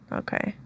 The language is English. okay